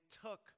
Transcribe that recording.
took